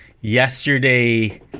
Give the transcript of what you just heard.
yesterday